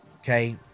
Okay